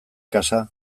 kasa